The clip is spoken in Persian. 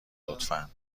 لطفا